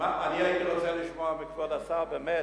אני הייתי רוצה לשמוע מכבוד השר באמת,